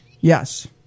Yes